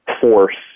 force